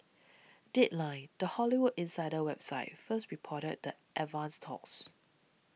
deadline the Hollywood insider website first reported the advanced talks